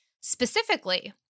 Specifically